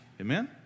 Amen